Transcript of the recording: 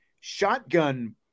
shotgun